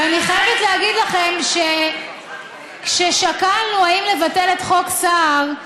ואני חייבת להגיד לכם שכששקלנו אם לבטל את חוק סער,